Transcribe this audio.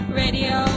radio